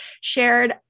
shared